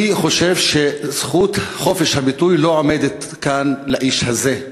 אני חושב שזכות חופש הביטוי לא עומדת כאן לאיש הזה,